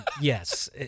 yes